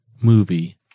movie